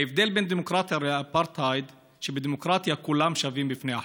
ההבדל בין דמוקרטיה לאפרטהייד הוא שבדמוקרטיה כולם שווים בפני החוק,